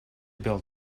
build